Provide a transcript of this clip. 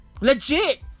Legit